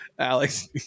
Alex